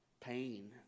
pain